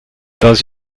dans